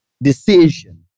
decision